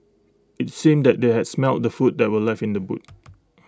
IT seemed that they had smelt the food that were left in the boot